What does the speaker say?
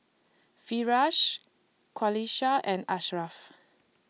Firash Qalisha and Ashraff